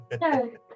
no